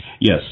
Yes